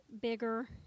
bigger